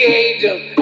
angels